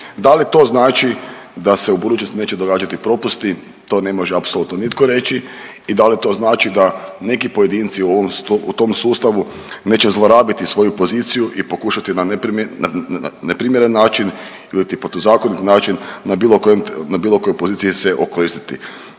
Da li to znači da se u budućnosti neće događati propusti? To ne može apsolutno nitko reći. I da li to znači da neki pojedinci u tom sustavu neće zlorabiti svoju poziciju i pokušati na neprimjeren način ili protuzakonit način na bilo kojoj poziciji se okoristiti?